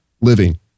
living